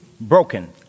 broken